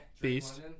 Beast